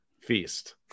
feast